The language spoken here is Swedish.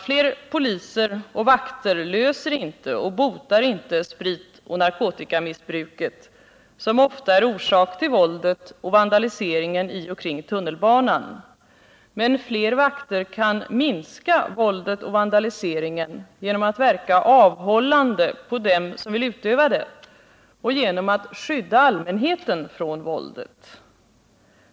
Fler poliser och vakter löser inte problemen i samband med spritoch narkotikamissbruket, som ofta är orsak till våldet och vandaliseringen i och kring tunnelbanan, men fler vakter kan minska våldet och vandaliseringen genom att verka avhållande på dem som vill utöva det och genom att skydda allmänheten från våldet.